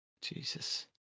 Jesus